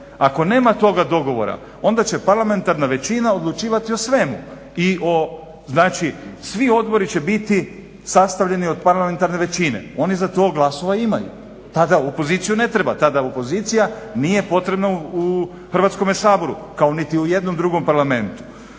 Ako nema toga dogovora onda će parlamentarna većina odlučivati o svemu i svi odbori će biti sastavljeni od parlamentarne većine. Oni za to glasova imaju, tada opoziciju ne treba, tada opozicija nije potrebna u Hrvatskom saboru, kao niti u jednom drugom parlamentu.